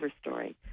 story